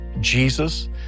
Jesus